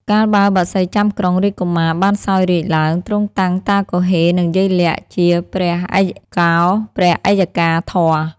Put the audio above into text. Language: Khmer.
កាលបើបក្សីចាំក្រុងរាជកុមារបានសោយរាជ្យឡើង ទ្រង់តាំងតាគហ៊េ និង យាយលាក់ ជាព្រះអយ្យកោ ព្រះអយ្យកាធម៌‌។